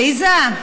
עליזה.